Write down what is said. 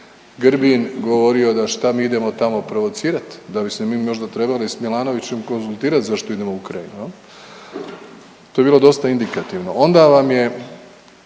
Grbin govorio da što mi idemo tamo provocirati, da bi se mi možda trebali sa Milanovićem konzultirati zašto idemo u Ukrajinu. Jel'? To je bilo dosta indikativno. Onda vam je